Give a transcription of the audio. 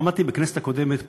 עמדתי בכנסת הקודמת פה,